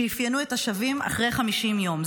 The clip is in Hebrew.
שאפיינו את השבים אחרי 50 יום".